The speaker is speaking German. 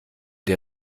der